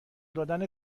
دادن